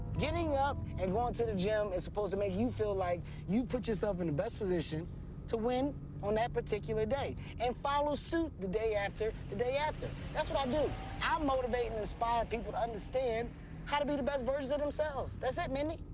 getting up and going to the gym is supposed to make you feel like you put yourself in the best position to win on that particular day. and follow suit the day after, the day after. that's what i do. i motivate and inspire people to understand how to be the best versions of themselves. that's it, mindy.